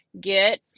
Get